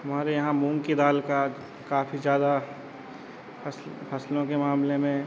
हमारे यहाँ मूँग की दाल का काफ़ी ज़्यादा फसल फसलों के मामले में